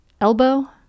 elbow